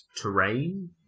terrain